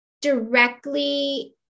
directly